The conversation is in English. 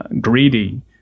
greedy